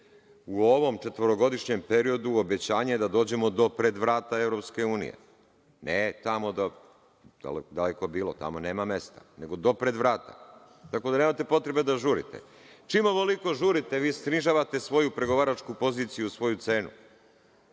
U ovom četvorogodišnjem periodu obećanje je da dođemo do pred vrata EU, ne tamo, daleko bilo, tamo nema mesta, nego do pred vrata. Tako da nemate potrebe da žurite. Čim ovoliko žurite, vi snižavate svoju pregovaračku poziciju, svoju cenu.